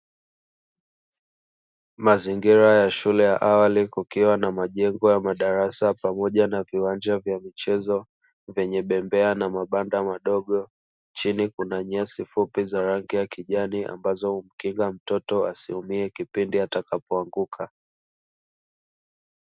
Mazingira ya shule ya awali, kukiwa na majengo ya madarasa pamoja na viwanja vya mchezo, vyenye bembea na mabanda madogo, chini kukiwa na nyasi fupi za rangi ya kijani ambazo humkinga mtoto asiumie kipindi atakapoanguka.